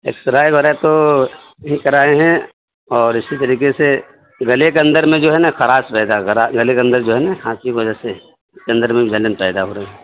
x ray وغیرہ تو نہیں کرائے ہیں اور اسی طریقے سے گلے کے اندر میں جو ہے نہ خراش رہتا ہے غرا گلے کے اندر جو ہے نا کھانسی کی وجہ سے اس کے اندر میں بھی جلن پیدا ہو رہی ہے